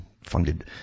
Funded